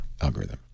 algorithm